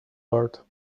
world